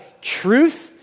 truth